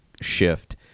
shift